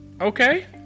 okay